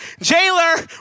jailer